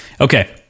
Okay